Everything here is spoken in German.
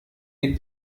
die